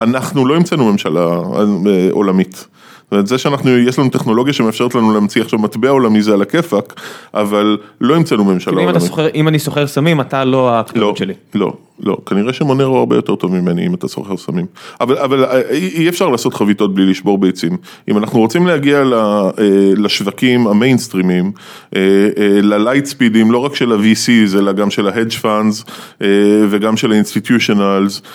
אנחנו לא המצאנו ממשלה עולמית. זה שאנחנו, יש לנו טכנולוגיה שמאפשרת לנו להמציא עכשיו מטבע עולמי זה על הכיפאק, אבל לא המצאנו ממשלה עולמית. אם אני סוחר סמים אתה לא הכתובת שלי. לא, כנראה שמונרו הוא הרבה יותר טוב ממני אם אתה סוחר סמים, אבל אי אפשר לעשות חביתות בלי לשבור ביצים. אם אנחנו רוצים להגיע לשווקים המיינסטרימיים, ללייט ספידים, לא רק של ה-VCs אלא גם של ה-Hedge Funds וגם של ה-Institutionals.